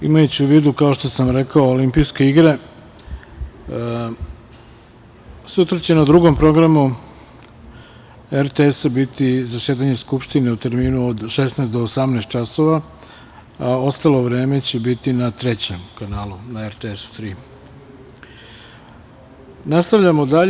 Imajući u vidu, kao što sam rekao, Olimpijske igre, sutra će na drugom programu RTS biti zasedanje Skupštine u terminu od 16.00 do 18.00 časova, a ostalo vreme će biti na trećem kanalu, na RTS 3. Nastavljamo dalje.